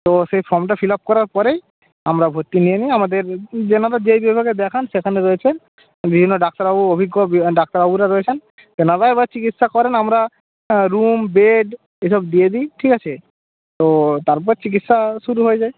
তো সেই ফর্মটা ফিল আপ করার পরেই আমরা ভর্তি নিয়ে নিই আমাদের যে নামে যেই বিভাগে দেখান সেখানে রয়েছেন বিভিন্ন ডাক্তারবাবু অভিজ্ঞ ডাক্তারবাবুরা রয়েছেন তেনারা এবার চিকিৎসা করেন আমরা রুম বেড এসব দিয়ে দিই ঠিক আছে তো তারপর চিকিৎসা শুরু হয়ে যায়